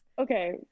Okay